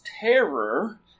terror